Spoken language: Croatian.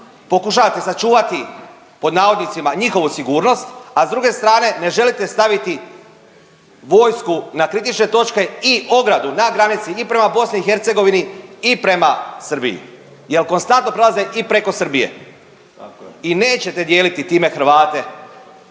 pokušavate sačuvati, pod navodnicima, njihovu sigurnost, a s druge strane ne želite staviti vojsku na kritične točke i ogradu na granici i prema BiH i prema Srbiji jer konstantno prelaze i preko Srbije. I nećete dijeliti time Hrvate